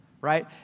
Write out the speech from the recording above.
right